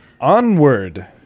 Onward